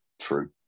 True